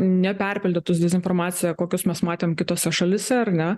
neperpildytus dezinformacija kokios mes matėm kitose šalyse ar ne